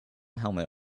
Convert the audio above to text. helmet